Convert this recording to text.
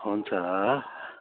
हुन्छ